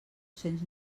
cents